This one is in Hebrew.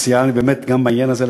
שסייעה לי באמת גם בעניין הזה,